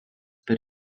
per